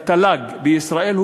לתל"ג בישראל,